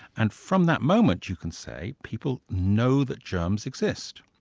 and from that moment, you can say, people know that germs exist.